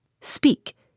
Speak